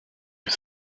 you